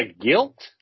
guilt